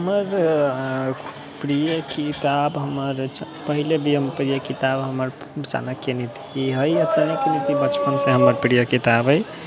हमर प्रिय किताब हमर पहिले भी हम किताब हमर चाणक्य नीति है चाणक्य नीति बचपन से हमर प्रिय किताब है